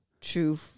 true